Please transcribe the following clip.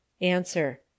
Answer